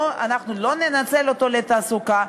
אנחנו לא ננצל אותו לתעסוקה,